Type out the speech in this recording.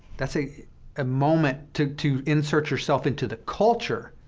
that's a ah moment to to insert yourself into the culture